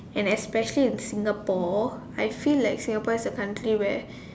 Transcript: and especially in Singapore I feel like Singapore is a country where